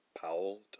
Powell